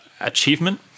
achievement